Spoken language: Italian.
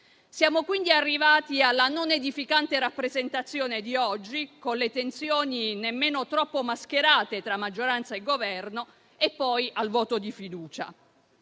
Siamo quindi arrivati alla non edificante rappresentazione di oggi, con le tensioni nemmeno troppo mascherate tra maggioranza e Governo, e poi al voto di fiducia.